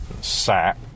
sat